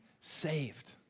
saved